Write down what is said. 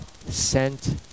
sent